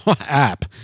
app